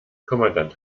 kommandant